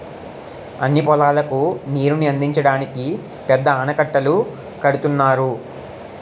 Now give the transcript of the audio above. అన్ని పొలాలకు నీరుని అందించడానికి పెద్ద ఆనకట్టలు కడుతున్నారు